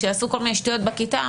כשעשו כל מיני שטויות בכיתה,